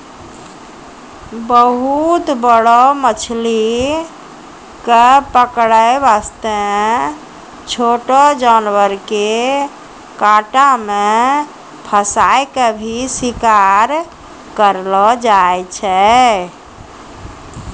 बहुत बड़ो मछली कॅ पकड़ै वास्तॅ छोटो जानवर के कांटा मॅ फंसाय क भी शिकार करलो जाय छै